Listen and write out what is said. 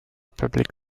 public